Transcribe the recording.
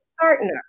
partner